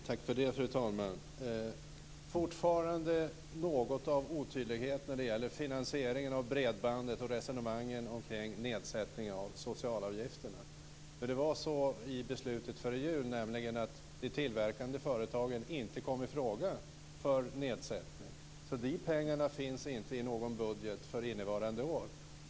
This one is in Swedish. Fru talman! Det finns fortfarande några otydligheter när det gäller finansieringen av bredbandet och resonemangen omkring nedsättningen av socialavgifterna. I beslutet före jul kom de tillverkande företagen inte i fråga för nedsättning. De pengarna finns inte i någon budget för innevarande år.